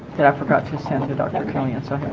that i forgot to send to dr. kelly on saturdays